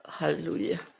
Hallelujah